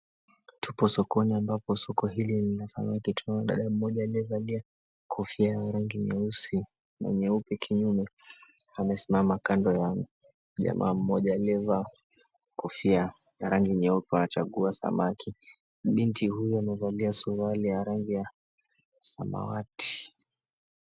Tupo sokoni ambapo soko hili ni la samaki. Tunaangalia dada mmoja aliyevaa kofia ya rangi nyeusi na nyeupe kinyume amesimama kando ya jamaa mmoja aliyevaa kofia ya rangi nyeupe wanachagua samaki. Na binti huyu amevalia suruali ya rangi ya samawati.